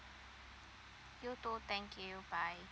you too thank you bye